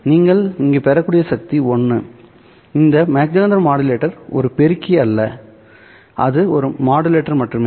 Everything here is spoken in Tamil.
நீங்கள் இங்கு பெறக்கூடிய அதிகபட்ச சக்தி 1 இந்த மாக் ஜெஹெண்டர் மாடுலேட்டர் ஒரு பெருக்கி அல்ல அது ஒரு மாடுலேட்டர் மட்டுமே